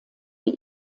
sie